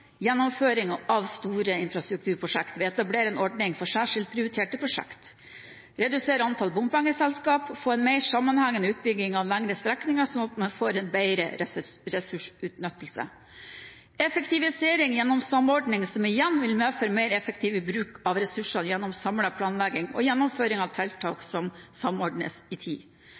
gjennomføring av store infrastrukturprosjekter ved å etablere en ordning for særskilt prioriterte prosjekter redusere antall bompengeselskap få en mer sammenhengende utbygging av lengre strekninger, slik at man får en bedre ressursutnyttelse effektivisere gjennom samordning, som igjen vil medføre mer effektiv bruk av ressursene gjennom samlet planlegging og gjennomføring av tiltak